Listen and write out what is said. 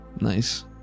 Nice